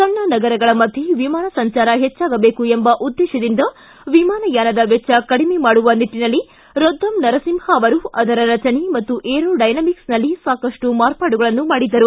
ಸಣ್ಣ ನಗರಗಳ ಮಧ್ಯೆ ವಿಮಾನ ಸಂಚಾರ ಹೆಚ್ಚಾಗಬೇಕು ಎಂಬ ಉದ್ವೇತದಿಂದ ವಿಮಾನಯಾನದ ವೆಚ್ಚ ಕಡಿಮೆ ಮಾಡುವ ನಿಟ್ಟನಲ್ಲಿ ರೊದ್ದಂ ನರಸಿಂಹ ಅವರು ಅದರ ರಚನೆ ಮತ್ತು ಏರೋಡೈನಮಿಕ್ಸ್ನಲ್ಲಿ ಸಾಕಷ್ಟು ಮಾರ್ಪಾಡುಗಳನ್ನು ಮಾಡಿದ್ದರು